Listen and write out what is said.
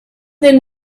than